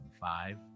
five